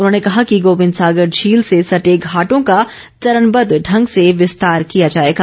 उन्होंने कहा कि गोबिंद सागर झील से सर्ट घाटों का चरणबद्ध ढंग से विस्तार किया जाएगा